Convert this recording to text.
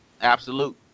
Absolute